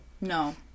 No